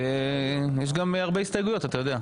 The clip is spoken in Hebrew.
יש גם הרבה הסתייגויות, אתה יודע.